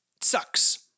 Sucks